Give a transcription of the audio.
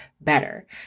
better